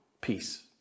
peace